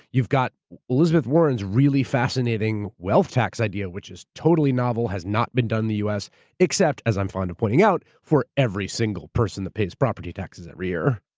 you've got elizabeth warren's really fascinating wealth tax idea, which is totally novel, has not been done in the us except as i'm fond of pointing out for every single person that pays property taxes every year.